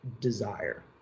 desire